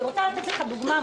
אני רוצה לתת לך דוגמה,